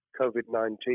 COVID-19